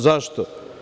Zašto?